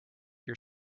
your